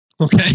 Okay